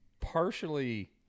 partially